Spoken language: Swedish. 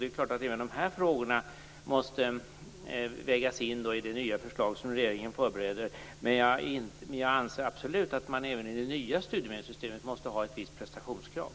Det är klart att även de här frågorna måste vägas in i det nya förslag som regeringen förbereder, men jag anser absolut att det även i det nya studiemedelssystemet måste finnas ett visst prestationskrav.